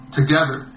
together